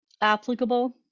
applicable